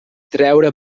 treure